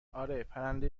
اره، پرنده